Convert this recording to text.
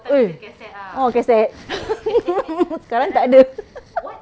eh ah cassette sekarang tak ada